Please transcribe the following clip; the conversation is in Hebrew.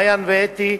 מעיין ואתי.